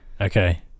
okay